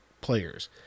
players